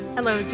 Hello